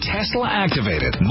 Tesla-activated